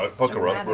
ah pucker up,